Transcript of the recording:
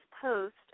post